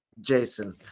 jason